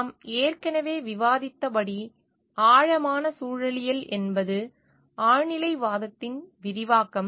நான் ஏற்கனவே விவாதித்தபடி ஆழமான சூழலியல் என்பது ஆழ்நிலைவாதத்தின் விரிவாக்கம்